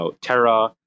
Terra